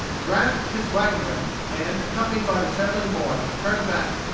grasped his wagon-whip, and, accompanied by the trembling boy, turned back,